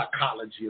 psychology